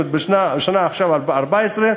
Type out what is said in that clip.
עכשיו 2014,